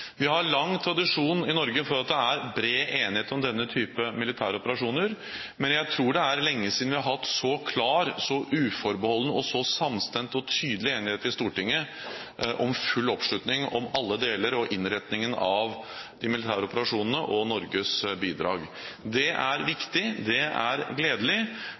Vi har lang tradisjon i Norge for at det er bred enighet om denne typen militære operasjoner, men jeg tror det er lenge siden vi har hatt en så klar, så uforbeholden, så samstemt og tydelig enighet i Stortinget om full oppslutning om alle deler, om innretningen av de militære operasjonene og Norges bidrag. Det er viktig, det er gledelig,